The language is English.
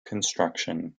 construction